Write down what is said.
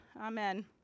Amen